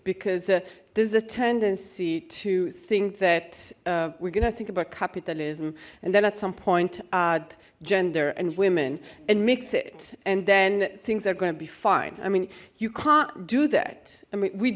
because there's a tendency to think that we're gonna think about capitalism and then at some point add gender and women and mix it and then things are going to be fine i mean you can't do that i mean we